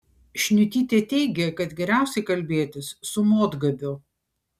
šniutytė teigė kad geriausiai kalbėtis su motgabiu